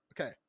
okay